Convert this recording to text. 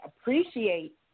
appreciate